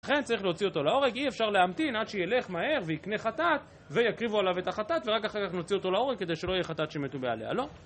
לכן צריך להוציא אותו להורג, אי אפשר להמתין עד שילך מהר ויקנה חטאת, ויקריבו עליו את החטאת ורק אחר כך נוציא אותו להורג כדי שלא יהיה חטאת שמתו בעליה, לא.